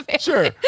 Sure